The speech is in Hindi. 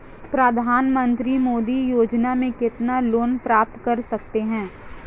प्रधानमंत्री मुद्रा योजना में कितना लोंन प्राप्त कर सकते हैं?